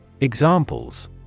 Examples